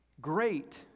great